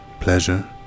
pleasure